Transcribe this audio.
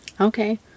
Okay